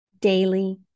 Daily